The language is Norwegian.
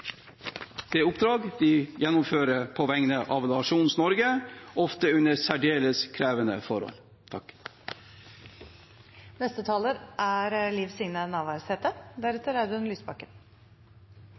det oppdraget de gjennomfører på vegne av nasjonen Norge, ofte under særdeles krevende forhold. For mange menneske er